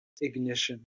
ignition